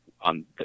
on